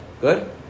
Good